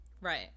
Right